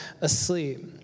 asleep